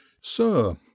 Sir